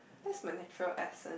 that is my natural accent